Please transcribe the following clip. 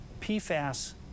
PFAS